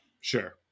sure